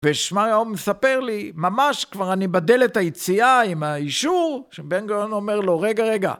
ושמעיהו מספר לי, ממש כבר אני בדלת היציאה עם האישור, שבן גאון אומר לו, רגע, רגע.